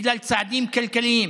בגלל צעדים כלכליים,